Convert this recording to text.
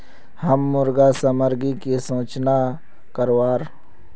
हम मुर्गा सामग्री की सूचना करवार?